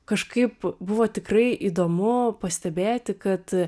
kažkaip buvo tikrai įdomu pastebėti kad